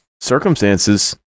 circumstances